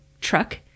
truck